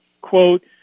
quote